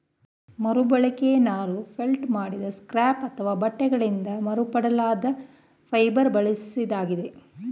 ಮರುಬಳಕೆ ನಾರು ಫೆಲ್ಟ್ ಮಾಡಿದ ಸ್ಕ್ರ್ಯಾಪ್ ಅಥವಾ ಬಟ್ಟೆಗಳಿಂದ ಮರುಪಡೆಯಲಾದ ಫೈಬರ್ ಬಳಸಿದಾಗಿದೆ